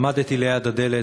עמדתי ליד הדלת,